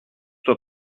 toi